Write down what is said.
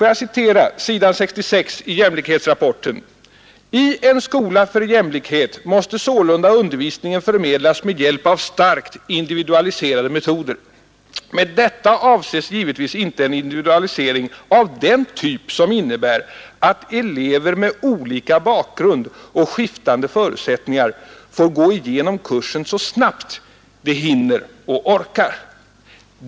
Jag citerar från s. 66 i jämlikhetsrapporten: ”I en skola för jämlikhet måste sålunda undervisning förmedlas med hjälp av starkt individualiserade metoder. Med detta avses givetvis inte en individualisering av en typ som innebär att elever med olika bakgrund och skiftande förutsättningar får gå igenom kursen så snabbt de hinner och orkar.